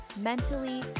mentally